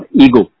ego